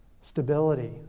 stability